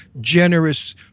generous